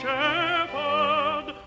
Shepherd